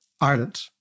Ireland